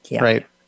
right